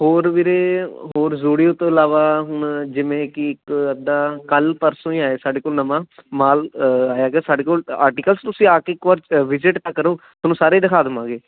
ਹੋਰ ਵੀਰੇ ਹੋਰ ਜ਼ੁਡੀਓ ਤੋਂ ਇਲਾਵਾ ਹੁਣ ਜਿਵੇਂ ਕਿ ਇੱਕ ਅੱਧਾ ਕੱਲ੍ਹ ਪਰਸੋਂ ਹੀ ਆਇਆ ਸਾਡੇ ਕੋਲ ਨਵਾਂ ਮਾਲ ਹੈਗਾ ਸਾਡੇ ਕੋਲ ਅਰਟਿਕਲਸ ਤੁਸੀਂ ਆ ਕੇ ਇੱਕ ਵਾਰ ਵਿਜ਼ਿਟ ਤਾਂ ਕਰੋ ਤੁਹਾਨੂੰ ਸਾਰੇ ਦਿਖਾ ਦੇਵਾਂਗੇ